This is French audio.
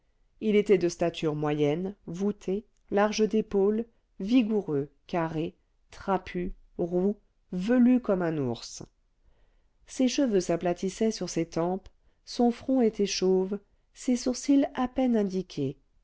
il était de stature moyenne voûté large d'épaules vigoureux carré trapu roux velu comme un ours ses cheveux s'aplatissaient sur ses tempes son front était chauve ses sourcils à peine indiqués